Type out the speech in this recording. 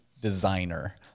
designer